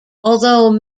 although